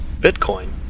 Bitcoin